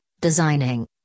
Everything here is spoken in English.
designing